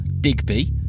Digby